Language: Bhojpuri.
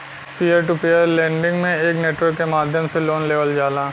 पीयर टू पीयर लेंडिंग में एक नेटवर्क के माध्यम से लोन लेवल जाला